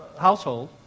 household